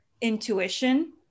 intuition